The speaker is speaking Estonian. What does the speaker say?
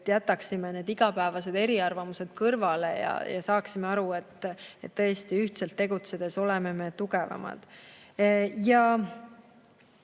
jätaksime igapäevased eriarvamused kõrvale ja saaksime aru, et tõesti, ühtselt tegutsedes oleme me tugevamad.